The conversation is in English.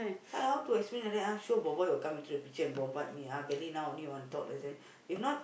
so I how to explain like that ah sure boy boy will come into the picture and bombard me ah belly now only want to talk if not